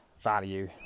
value